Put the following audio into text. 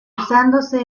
usándose